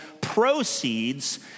proceeds